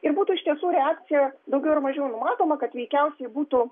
ir būtų iš tiesų reakcija daugiau ar mažiau numatoma kad veikiausiai būtų